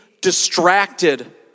distracted